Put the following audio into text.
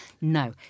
no